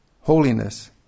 holiness